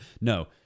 No